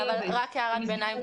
הערת ביניים.